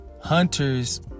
hunters